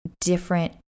different